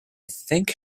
think